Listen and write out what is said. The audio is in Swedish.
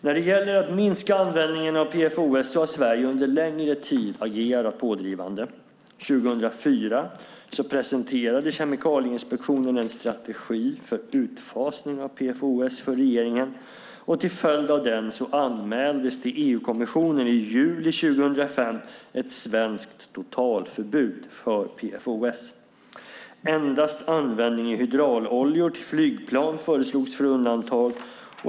När det gäller att minska användningen av PFOS har Sverige under en längre tid agerat pådrivande. År 2004 presenterade Kemikalieinspektionen en strategi för utfasning av PFOS för regeringen. Till följd av den anmäldes till EU-kommissionen i juli 2005 ett svenskt totalförbud för PFOS. Endast användning i hydrauloljor till flygplan föreslogs för undantag.